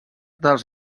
dels